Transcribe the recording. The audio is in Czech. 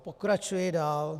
Pokračuji dál.